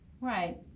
right